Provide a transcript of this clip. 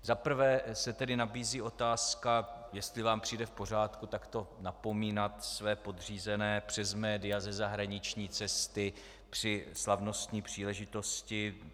Za prvé se tedy nabízí otázka, jestli vám přijde v pořádku takto napomínat své podřízené přes média ze zahraniční cesty při slavnostní příležitosti.